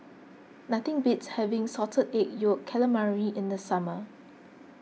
nothing beats having Salt Egg Yolk Calamari in the summer